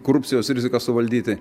korupcijos riziką suvaldyti